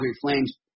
Flames